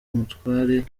umutware